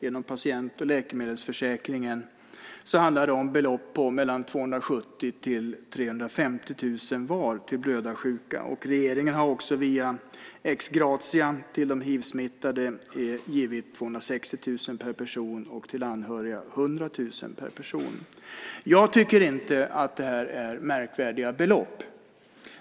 Genom patient och läkemedelsförsäkringen handlar det om belopp på mellan 270 000 kr och 350 000 kr var till blödarsjuka. Regering har också ex gratia till de hivsmittade givit 260 000 kr per person och till anhöriga 100 000 kr per person. Jag tycker inte att det här är märkvärdiga belopp.